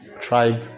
tribe